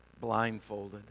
blindfolded